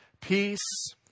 peace